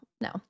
no